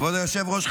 כבוד היושב-ראש,